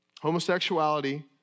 Homosexuality